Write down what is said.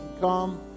Come